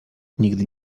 nigdy